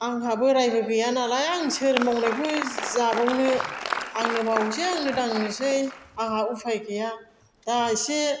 आंहा बोराइबो गैया नालाय आं सोर मावनायखौ जाबावनो आंनो मावनोसै आंनो दांनोसै आंहा उफाय गैया दा इसे